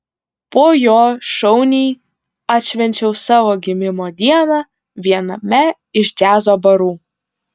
po jo šauniai atšvenčiau savo gimimo dieną viename iš džiazo barų